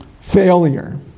failure